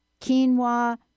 quinoa